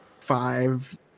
five